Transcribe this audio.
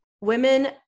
women